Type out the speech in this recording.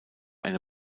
eine